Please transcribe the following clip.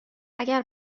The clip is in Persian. اگر